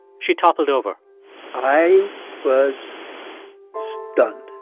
she toppled over i was stunned